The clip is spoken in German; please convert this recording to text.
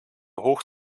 hoch